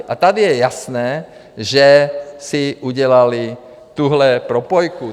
A tady je jasné, že si udělali tuhle propojku.